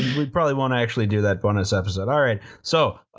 we probably won't actually do that bonus episode. alright. so. ah,